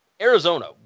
Arizona